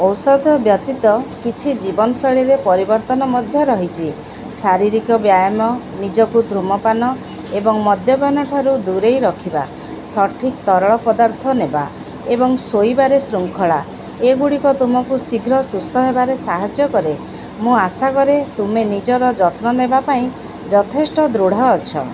ଔଷଧ ବ୍ୟତୀତ କିଛି ଜୀବନଶୈଳୀରେ ପରିବର୍ତ୍ତନ ମଧ୍ୟ ରହିଛି ଶାରୀରିକ ବ୍ୟାୟାମ ନିଜକୁ ଧୂମପାନ ଏବଂ ମଦ୍ୟପାନ ଠାରୁ ଦୂରେଇ ରଖିବା ସଠିକ୍ ତରଳ ପଦାର୍ଥ ନେବା ଏବଂ ଶୋଇବାରେ ଶୃଙ୍ଖଳା ଏଗୁଡ଼ିକ ତୁମକୁ ଶୀଘ୍ର ସୁସ୍ଥ ହେବାରେ ସାହାଯ୍ୟ କରେ ମୁଁ ଆଶା କରେ ତୁମେ ନିଜର ଯତ୍ନ ନେବା ପାଇଁ ଯଥେଷ୍ଟ ଦୃଢ଼ ଅଛ